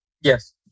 Yes